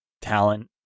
talent